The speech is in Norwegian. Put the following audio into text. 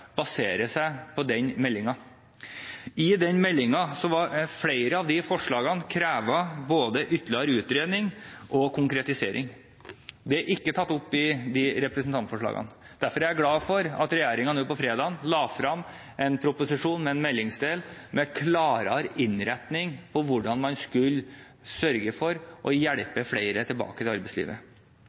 baserer seg på denne meldingen. Flere av forslagene i den meldingen krevde både ytterligere utredning og konkretisering. Det er ikke tatt opp i representantforslagene. Derfor er jeg glad for at regjeringen nå på fredag la fram en proposisjon med en meldingsdel med klarere innretning på hvordan man skulle sørge for å hjelpe flere tilbake til arbeidslivet.